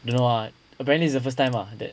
don't know ah apparently it's the first time ah that